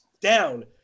down